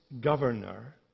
Governor